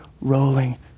rolling